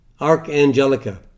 archangelica